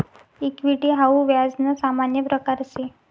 equity हाऊ व्याज ना सामान्य प्रकारसे